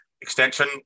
extension